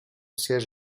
siège